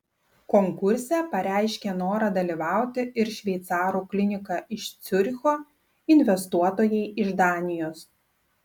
konkurse pareiškė norą dalyvauti ir šveicarų klinika iš ciuricho investuotojai iš danijos